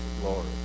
glory